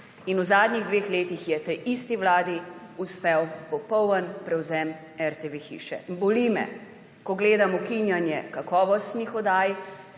in v zadnjih dveh letih je tej isti vladi uspel popoln prevzem RTV hiše. Boli me, ko gledam ukinjanje kakovostnih oddaj,